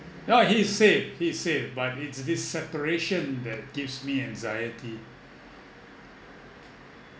no he is safe he is safe but it's this separation that gives me anxiety